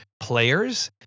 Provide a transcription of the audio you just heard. players